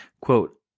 quote